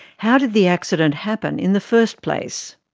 how did the accident happen in the first place?